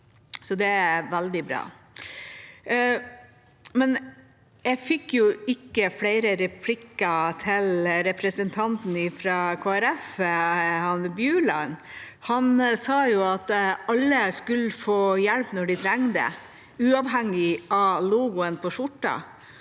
så det er veldig bra. Jeg fikk ikke flere replikker til representanten fra Kristelig Folkeparti, Bjuland. Han sa at alle skulle få hjelp når de trenger det, uavhengig av logoen på skjorta.